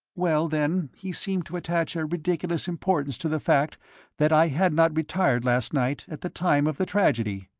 well, then, he seemed to attach a ridiculous importance to the fact that i had not retired last night at the time of the tragedy.